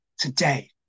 Today